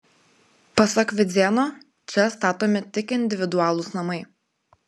pasak vidzėno čia statomi tik individualūs namai